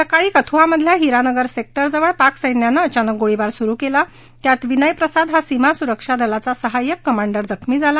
सकाळी कथुआमधल्या हीरानगर सेक्टर जवळ पाक सैन्यानं अचानक गोळीबार सुरु केली त्यात विनय प्रसाद हा सीमा सुरक्षा दलाच्या सहाय्यक कमांडर जखमी झाला